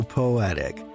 poetic